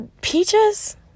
Peaches